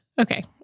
Okay